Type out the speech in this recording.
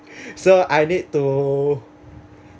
so I need to